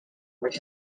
which